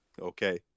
Okay